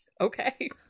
okay